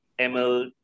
ML